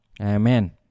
Amen